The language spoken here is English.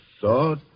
thought